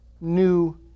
new